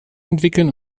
entwickeln